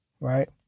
right